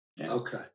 Okay